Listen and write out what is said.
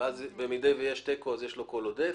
במידה ויש תיקו, יש לו קול עודף.